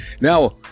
now